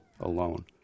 alone